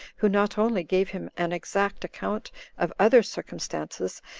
who not only gave him an exact account of other circumstances,